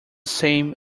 same